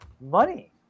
Money